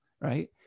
right